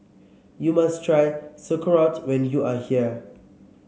you must try Sauerkraut when you are here